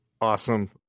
Awesome